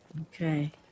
Okay